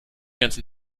ganzen